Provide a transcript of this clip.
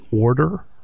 order